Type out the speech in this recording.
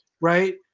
right